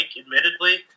admittedly